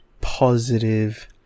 positive